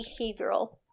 behavioral